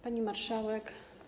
Pani Marszałek!